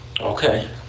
Okay